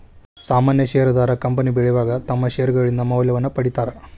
ಸಾಮಾನ್ಯ ಷೇರದಾರ ಕಂಪನಿ ಬೆಳಿವಾಗ ತಮ್ಮ್ ಷೇರ್ಗಳಿಂದ ಮೌಲ್ಯವನ್ನ ಪಡೇತಾರ